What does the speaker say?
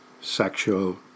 sexual